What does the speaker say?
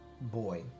boy